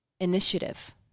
initiative